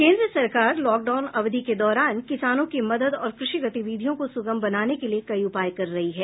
केन्द्र सरकार लॉकडाउन अवधि के दौरान किसानों की मदद और कृषि गतिविधियों को सुगम बनाने के लिए कई उपाय कर रही है